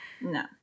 No